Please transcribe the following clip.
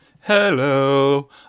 Hello